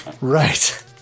right